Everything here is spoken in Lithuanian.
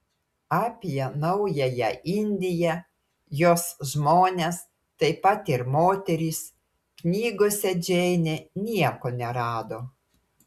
apie naująją indiją jos žmones taip pat ir moteris knygose džeinė nieko nerado